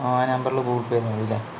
ആ നമ്പറില് Google Pay ചെയ്താൽ മതിയല്ലേ